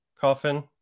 coffin